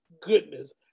goodness